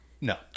No